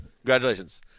Congratulations